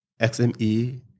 XME